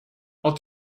i’ll